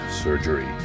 surgery